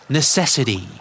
Necessity